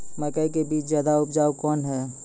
मकई के बीज ज्यादा उपजाऊ कौन है?